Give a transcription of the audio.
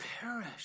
perish